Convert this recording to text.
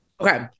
Okay